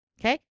Okay